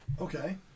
Okay